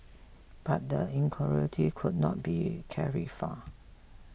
but the incongruity could not be carried far